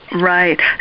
Right